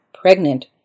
pregnant